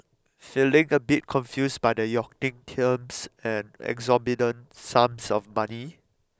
feeling a bit confused by the yachting terms and exorbitant sums of money